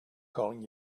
calling